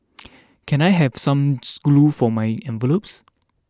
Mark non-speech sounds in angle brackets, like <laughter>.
<noise> can I have some <unintelligible> glue for my envelopes